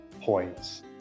points